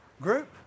Group